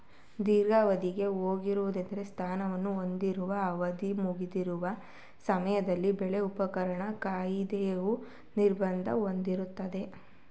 ದೀರ್ಘಾವಧಿಗೆ ಹೋಗುವುದೆಂದ್ರೆ ಸ್ಥಾನವನ್ನು ಹೊಂದಿರುವ ಅವಧಿಮುಗಿಯುವ ಸಮಯದಲ್ಲಿ ಬೆಲೆ ಉಪಕರಣ ಖರೀದಿಸಲು ನಿರ್ಬಂಧ ಹೊಂದಿರುತ್ತಾರೆ